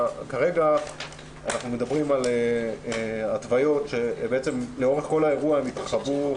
כרגע אנחנו מדברים על התוויות שלאורך כל האירוע התרחבו.